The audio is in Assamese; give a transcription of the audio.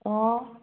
অঁ